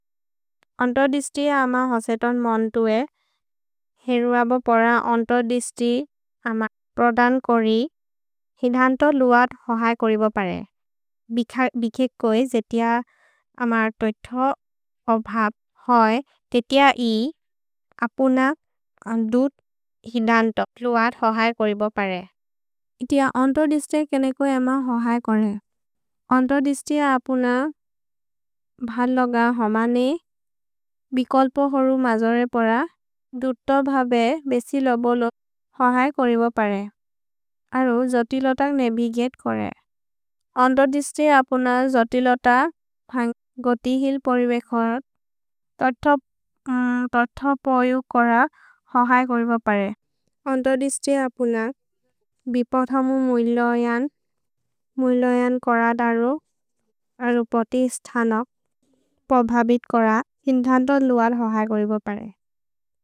अन्तोदिस्तिअ अम हसेतोन् मन्तुए, हेरुअबो पर अन्तोदिस्तिअ अम प्रदन् कोरि हिधन्तो लुअत् होहै कोरिबोपरे। भिखेक् कोइ जेतिअ अमर तोइथो अभव् होइ, तेतिअ हि अपुन दुत् हिधन्तो लुअत् होहै कोरिबोपरे। तेतिअ अन्तोदिस्तिअ केनेको एम होहै कोरे। अन्तोदिस्तिअ अपुन भल् लोग होमने, बिकोल्पो हरु मजोरे पर, दुत्तो भबे बेसिलो बोलो होहै कोरिबोपरे। अरु जोतिलो तक् नेभिगेत् कोरे। अन्तोदिस्तिअ अपुन जोतिलो तक् गतिहिल् पोरिबेकोद्, तोथो पोयु कोर होहै कोरिबोपरे। अन्तोदिस्तिअ अपुन बिपथमु मुइलोयन्, मुइलोयन् कोरद् अरु, अरुपति स्थनक्, पभबित् कोर हिधन्तो लुअत् होहै कोरिबोपरे।